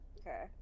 Okay